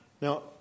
Now